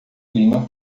clima